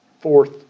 fourth